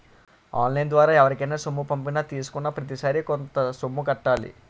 on line ద్వారా ఎవరికైనా సొమ్ము పంపించినా తీసుకున్నాప్రతిసారి కొంత సొమ్ము కట్టాలి